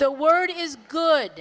the word is good